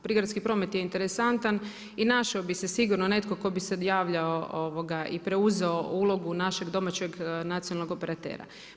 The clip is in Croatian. Prigradski promet je interesantan i našao bi se sigurno netko tko bi se javljao i preuzeo ulogu našeg domaćeg nacionalnog operatera.